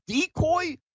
decoy